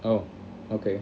oh okay